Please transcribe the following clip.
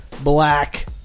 Black